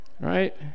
right